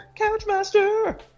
Couchmaster